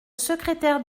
secrétaire